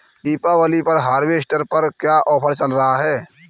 दीपावली पर हार्वेस्टर पर क्या ऑफर चल रहा है?